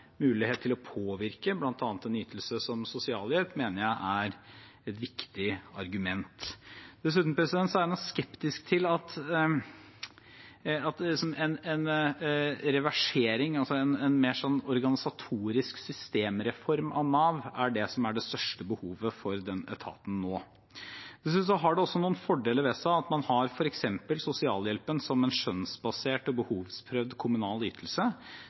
mulighet til å påvirke bl.a. en ytelse som sosialhjelp, mener jeg er et viktig argument. Dessuten er jeg nok skeptisk til at en reversering, altså en mer organisatorisk systemreform av Nav, er det den etaten har størst behov for nå. Dessuten har det også noen fordeler ved seg at man har f.eks. sosialhjelpen som en skjønnsbasert og behovsprøvd kommunal ytelse.